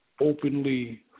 openly